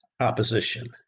opposition